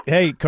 Hey